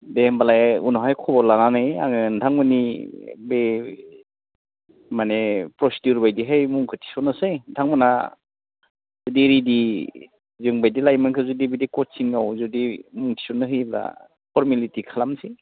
दे होमबालाय उनावहाय खबर लानानै आङो नोंथांमोननि बे मानि प्रस्टियुर बायदिहाय मुंखौ थिसन्नोसै नोंथांमोनहा बेदि रेडि जों जोंबायदि लाइमोनखौ बिदि कचिङाव जुदि मुं थिसन्नो होयोब्ला फरमेलिटि खालामसै